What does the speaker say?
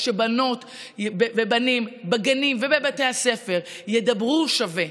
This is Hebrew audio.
שבנות ובנים בגנים ובבתי הספר ידברו שווה,